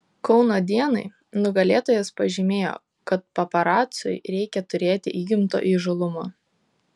kauno dienai nugalėtojas pažymėjo kad paparaciui reikia turėti įgimto įžūlumo